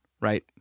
Right